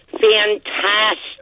Fantastic